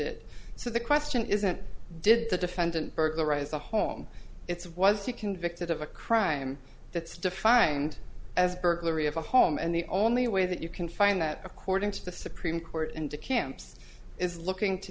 it so the question isn't did the defendant burglarized the home it's was he convicted of a crime that's defined as burglary of a home and the only way that you can find that according to the supreme court into camps is looking to